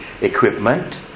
equipment